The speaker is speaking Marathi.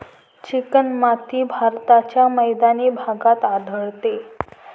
चिकणमाती भारताच्या मैदानी भागात आढळते